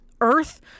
Earth